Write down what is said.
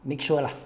make sure lah